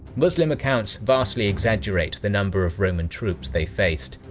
muslim accounts vastly exaggerate the number of roman troops they faced,